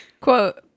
Quote